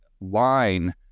line